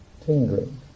tingling